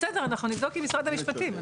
בסדר, אנחנו נבדוק מול משרד המשפטים.